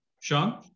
Sean